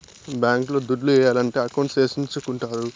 bank లో దుడ్లు ఏయాలంటే అకౌంట్ సేపిచ్చుకుంటారు